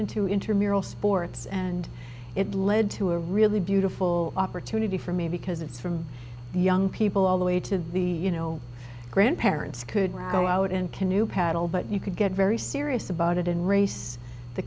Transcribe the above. into intermural sports and it led to a really beautiful opportunity for me because it's from young people all the way to the you know grandparents could go out and canoe paddle but you could get very serious about it and race the